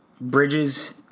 Bridges